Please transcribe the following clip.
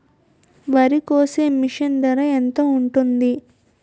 వరి కోసే మిషన్ ధర ఎంత ఉంటుంది?